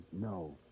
no